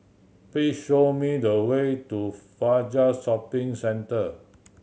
please show me the way to Fajar Shopping Centre